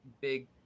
big